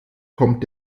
kommt